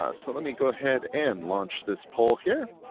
ah so let me go ahead and launch this poll here.